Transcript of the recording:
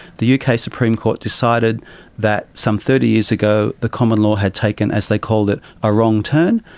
the uk ah supreme court decided that some thirty years ago the common law had taken, as they called it, a wrong turn,